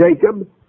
Jacob